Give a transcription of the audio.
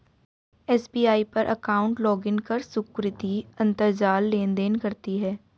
SBI पर account login कर सुकृति अंतरजाल लेनदेन करती है